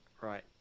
right